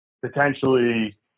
potentially